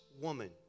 woman